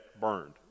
burned